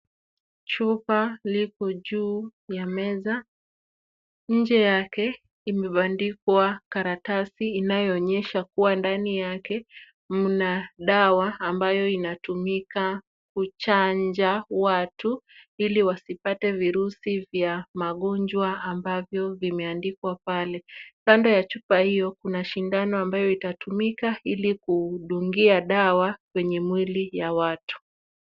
Chupa lipo juu ya meza, nje yake imebandikwa karatasi inayoonyesha kuwa ndani yake mna dawa ambayo inatumika kuchanja watu ili wasipate virusi vya magonjwa ambavyo vimeandikwa pale. Kando ya chupa hiyo kuna shindano ambayo itatumika ili kudungia dawa kwenye miili ya watu.